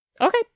Okay